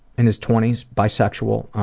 and his twenties, bisexual, ah,